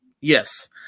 Yes